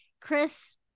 Chris